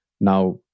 Now